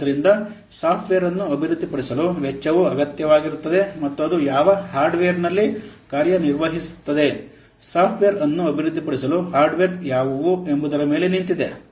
ಆದ್ದರಿಂದ ಸಾಫ್ಟ್ವೇರ್ ಅನ್ನು ಅಭಿವೃದ್ಧಿಪಡಿಸಲು ವೆಚ್ಚವು ಅಗತ್ಯವಾಗಿರುತ್ತದೆ ಮತ್ತು ಅದು ಯಾವ ಹಾರ್ಡ್ವೇರ್ನಲ್ಲಿ ಕಾರ್ಯನಿರ್ವಹಿಸುತ್ತದೆ ಸಾಫ್ಟ್ವೇರ್ ಅನ್ನು ಅಭಿವೃದ್ಧಿಪಡಿಸಲು ಹಾರ್ಡ್ವೇರ್ ಯಾವುವು ಎಂಬುದರ ಮೇಲೆ ನಿಂತಿದೆ